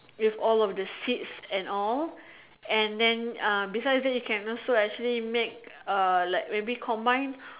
with all of the seats and all and then uh besides that you can also actually make uh like maybe combine